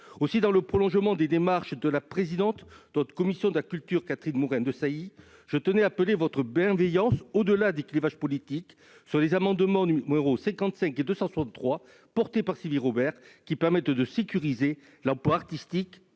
Aussi, dans le prolongement des démarches de la présidente de la commission de la culture, Mme Catherine Morin-Desailly, je tiens à appeler votre bienveillance, au-delà des clivages politiques, sur les amendements n 55 et 263 portés par Sylvie Robert, dont l'adoption permettrait de sécuriser l'emploi artistique